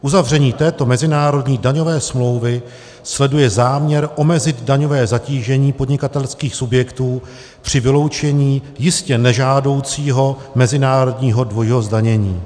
Uzavření této mezinárodní daňové smlouvy sleduje záměr omezit daňové zatížení podnikatelských subjektů při vyloučení jistě nežádoucího mezinárodního dvojího zdanění.